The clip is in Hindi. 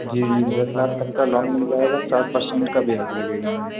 जी जी दस लाख तक का लोन मिल जाएगा सात परसेंट का ब्याज लगेगा मैम